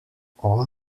all